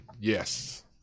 yes